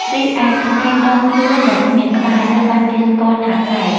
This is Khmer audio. រីឯផ្នែកដងខ្លួនដែលគ្មានក្បាល ត្រូវបានគេស្គាល់ថា កេតុ ។